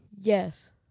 Yes